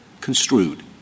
construed